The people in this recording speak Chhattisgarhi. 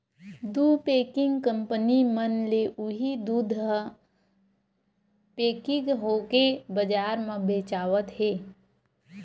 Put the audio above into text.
दू पेकिंग कंपनी मन ले उही दूद ह पेकिग होके बजार म बेचावत हे